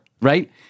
right